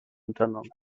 unternommen